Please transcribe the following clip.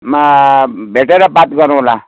मा भेटेर बात गरौँला